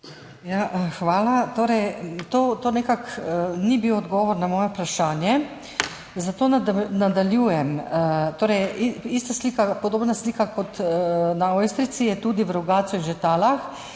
Hvala. To nekako ni bil odgovor na moje vprašanje, zato nadaljujem. Podobna slika kot na Ojstrici je tudi v Rogatcu in Žetalah,